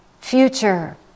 future